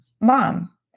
mom